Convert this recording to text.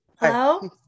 Hello